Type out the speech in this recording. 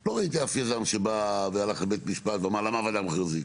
לא ראיתי אף יזם שבא והלך לבית משפט ואמר למה הוועדה המחוזית.